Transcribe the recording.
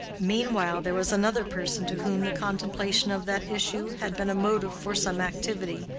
meanwhile there was another person to whom the contemplation of that issue had been a motive for some activity,